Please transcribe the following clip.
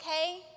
okay